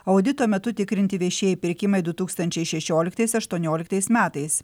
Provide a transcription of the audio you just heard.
audito metu tikrinti viešieji pirkimai du tūkstančiai šešioliktais aštuonioliktais metais